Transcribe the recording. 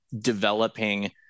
developing